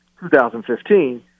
2015